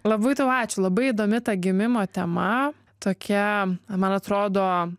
labai tau ačiū labai įdomi ta gimimo tema tokia man atrodo